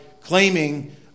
claiming